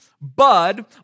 bud